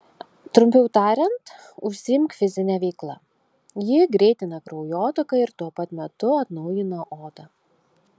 trumpiau tariant užsiimk fizine veikla ji greitina kraujotaką ir tuo pat metu atnaujina odą